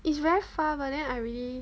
it's very far but then I really